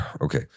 Okay